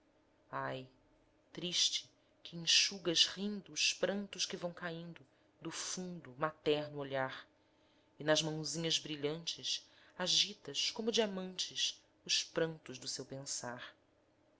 ai triste que enxugas rindo os prantos que vão caindo do fundo materno olhar e nas mãozinhas brilhantes agitas como diamantes os prantos do seu pensar